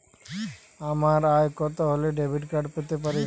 আমার আয় কত হলে ডেবিট কার্ড পেতে পারি?